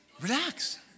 Relax